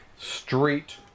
street